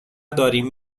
داریم